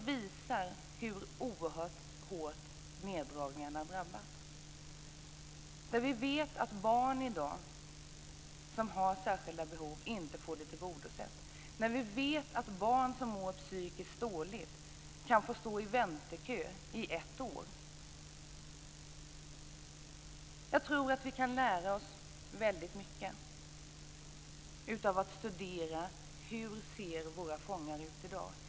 Den visar hur oerhört hårt neddragningarna drabbar. Vi vet att barn som har särskilda behov inte får dem tillgodosedda. Vi vet att barn som mår psykiskt dåligt kan få stå i väntekö i ett år. Jag tror att vi kan lära oss väldigt mycket av att studera hur våra fångar ser ut i dag.